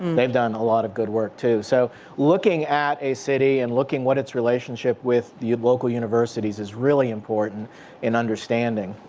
they've done a lot of good work too. so looking at a city and looking what its relationship relationship with the local universities is really important in understanding.